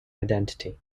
identity